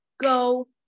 go